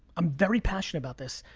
i'm very passionate about this.